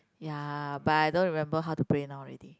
ya but I don't remember how to play now already